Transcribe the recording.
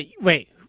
Wait